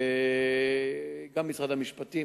וגם משרד המשפטים.